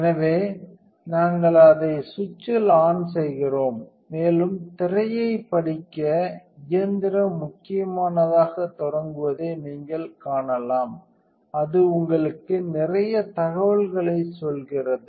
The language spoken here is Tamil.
எனவே நாங்கள் அதை சுவிட்சில் ஆன் செய்கிறோம் மேலும் திரையைப் படிக்க இயந்திரம் முக்கியமானதாகத் தொடங்குவதை நீங்கள் காணலாம் அது உங்களுக்கு நிறைய தகவல்களைச் சொல்கிறது